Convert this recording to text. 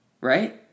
Right